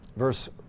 verse